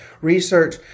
research